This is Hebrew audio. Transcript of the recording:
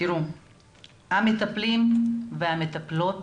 מטפלים והמטפלות